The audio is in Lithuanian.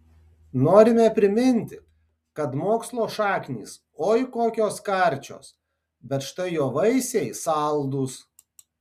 norime priminti kad mokslo šaknys oi kokios karčios bet štai jo vaisiai saldūs